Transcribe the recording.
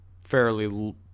fairly